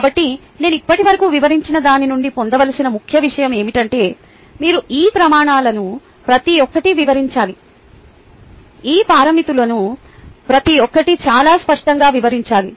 కాబట్టి నేను ఇప్పటివరకు వివరించిన దాని నుండి పొందవలసిన ముఖ్య విషయం ఏమిటంటే మీరు ఈ ప్రమాణాలను ప్రతి ఒక్కటి వివరించాలి ఈ పారామితులు ప్రతి ఒక్కటి చాలా స్పష్టంగా వివరించాలి